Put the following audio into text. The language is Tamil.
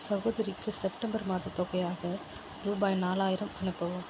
சகோதரிக்கு செப்டம்பர் மாதத்தொகையாக ரூபாய் நாலாயிரம் அனுப்பவும்